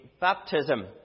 baptism